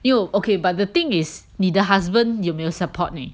ya okay but the thing is 你的 husband 有没有 support 你